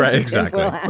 ah exactly. and